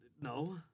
No